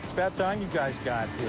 it's about time you guys got